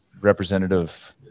representative